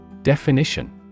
Definition